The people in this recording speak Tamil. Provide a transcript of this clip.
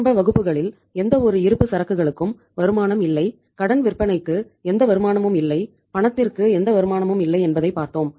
ஆரம்ப வகுப்புகளில் எந்தவொரு இருப்பு சரக்குகளுக்கும் வருமானம் இல்லை கடன் விற்பனைக்கு எந்த வருமானமும் இல்லை பணத்திற்கு எந்த வருமானமும் இல்லை என்பதையும் பார்த்தோம்